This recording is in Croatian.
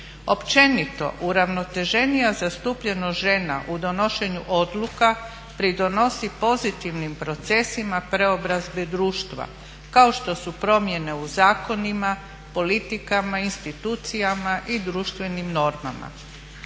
Općenito, uravnoteženija zastupljenost žena u donošenju odluka pridonosi pozitivnim procesima preobrazbi društva kao što su promjene u zakonima, politikama, institucijama i društvenim normama.